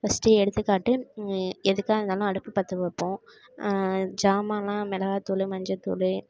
first எடுத்துக்காட்டு எதுக்காக இருந்தாலும் அடுப்பு பற்ற வைப்போம் சாமான்லாம் மெளகாத்தூள் மஞ்சத்தூள்